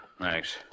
thanks